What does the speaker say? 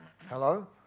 Hello